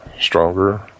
stronger